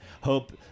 hope